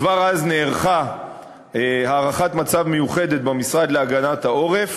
כבר אז נערכה הערכת מצב מיוחדת במשרד להגנת העורף,